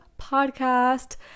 podcast